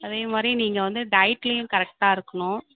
அதே மாதிரி நீங்கள் வந்து டயட்லையும் கரெக்ட்டாக இருக்கணும்